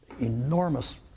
Enormous